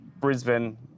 Brisbane